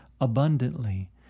abundantly